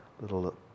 little